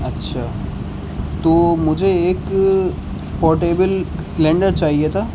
اچھا تو مجھے ایک پورٹیبل سلیںڈر چاہیے تھا